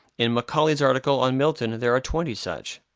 in macaulay's article on milton there are twenty such.